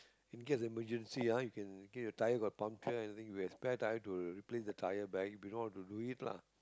in case emergency ah you can in case your tyre got puncture anything you have spare tyre to replace the tyre back if you know how to do it lah